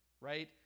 right